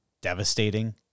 devastating